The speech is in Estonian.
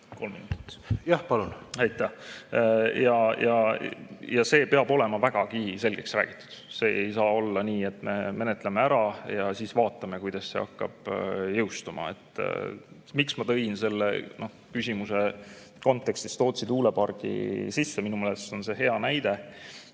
See peab olema vägagi selgeks räägitud, see ei saa olla nii, et me menetleme ära ja siis vaatame, kuidas see hakkab jõustuma. Miks ma tõin selle küsimuse kontekstis Tootsi tuulepargi sisse? Minu meelest on see hea näide,